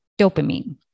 dopamine